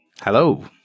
Hello